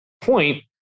point